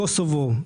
קוסובו,